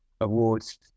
awards